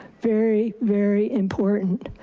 very, very important.